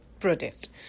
protest